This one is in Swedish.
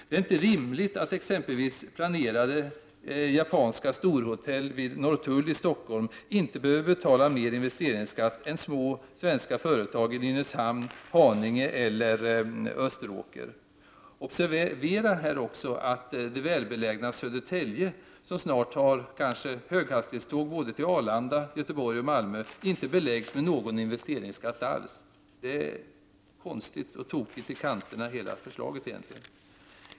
Det är inte rimligt att exempelvis planerade japanska storhotell vid Nortull i Stockholm inte behöver betala mer investeringsskatt än små svenska företag i Nynäshamn, Haninge eller Österåker. Observera också att det välbelägna Södertälje, som snart kanske har höghastighetståg till Arlanda, Göteborg och Malmö, inte beläggs med någon investeringsskatt alls. Hela förslaget är egentligen konstigt.